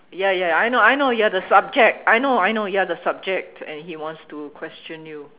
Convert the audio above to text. ya ya I know I know you're the subject I know I know you're the subject and he wants to question you